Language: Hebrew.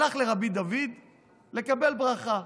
והלך לרבי דוד לקבל ברכה.